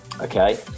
okay